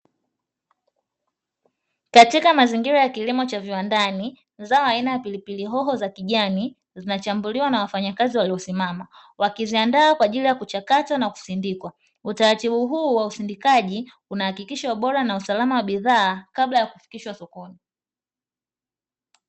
Katika mazingira ya kilimo cha viwandani, zao aina ya pilipili hoho za kijani, zinachambuliwa na wafanyakazi waliosimama, wakiziandaa kwa ajili ya kuchakatwa na kusindikwa, utaratibu huu wa usindikaji unahakikisha ubora na usalam wa bidhaa kabla ya kufikishwa sokoni.